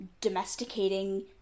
domesticating